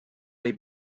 they